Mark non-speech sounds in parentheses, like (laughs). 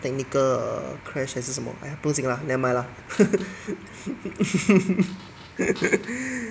technical err crash 还是什么 !aiya! 不用紧 lah never mind lah (laughs)